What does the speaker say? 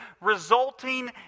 resulting